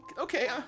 okay